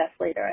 later